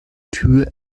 tür